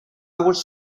was